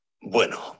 Bueno